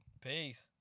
peace